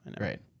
Right